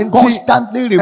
constantly